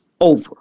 over